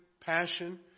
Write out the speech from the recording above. passion